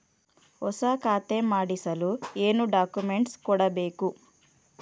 ಹೊಸ ಖಾತೆ ಮಾಡಿಸಲು ಏನು ಡಾಕುಮೆಂಟ್ಸ್ ಕೊಡಬೇಕು?